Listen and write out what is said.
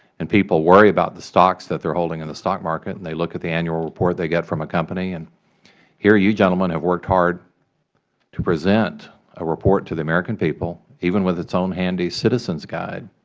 and people worry about the stocks that they are holding in the stock market and they look at the annual report they get from a company, and here you gentlemen have worked hard to present a report to the american people, even with its own handy citizens guide